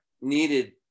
needed